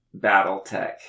Battletech